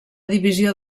divisió